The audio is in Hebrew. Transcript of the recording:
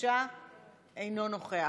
אינו נוכח.